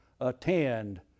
attend